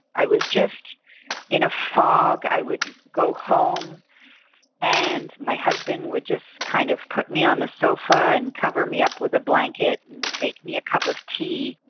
i was just in a fog. i would go home and my husband would just kind of put me on the sofa and cover me up with a blanket and make me a cup of tea.